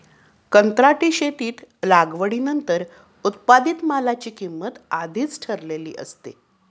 कंत्राटी शेतीत लागवडीनंतर उत्पादित मालाची किंमत आधीच ठरलेली असते